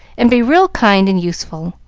and be real kind and useful.